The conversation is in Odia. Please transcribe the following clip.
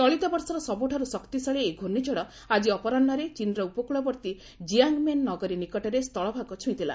ଚଳିତ ବର୍ଷର ସବୁଠାରୁ ଶକ୍ତିଶାଳୀ ଏହି ଘ୍ରର୍ଷିଝଡ଼ ଆଜି ଅପରାହ୍ୱରେ ଚୀନ୍ର ଉପକୃଳବର୍ତ୍ତୀ ଜିଆଙ୍ଗ୍ମେନ୍ ନଗରୀ ନିକଟରେ ସ୍ଥଳଭାଗ ଛୁଇଁଥିଲା